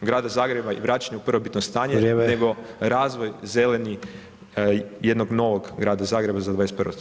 Grada Zagreba i vraćanje u prvobitno stanje [[Upadica: Vrijeme.]] nego razvoj zeleni jednog novog Grada Zagreba za 21.